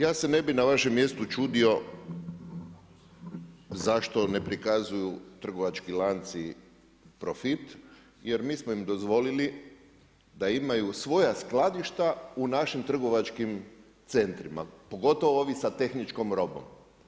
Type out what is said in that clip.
Ja se ne bi na vašem mjestu čudio zašto ne prikazuju trgovački lanci profit jer mi smo im dozvolili da imaju svoja skladišta u našim trgovačkim centrima, pogotovo ovi sa tehničkom robom.